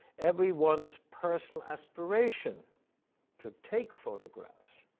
everyone's personal aspiration to take photographs,